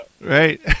right